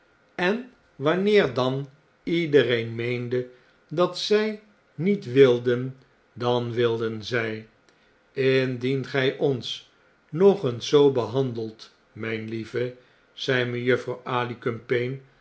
en wanneer dan iederen meende dat zij niet wilden dan wilden zij indien gy oris nog eens zoo behandeld mijn lieve zei mejuffrouw